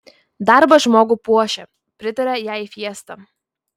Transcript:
darbas žmogų puošia pritarė jai fiesta